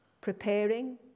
preparing